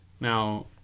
Now